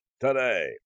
today